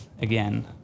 again